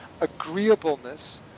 agreeableness